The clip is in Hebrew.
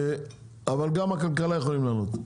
אבל גם הכלכלה יכולים לענות,